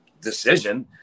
decision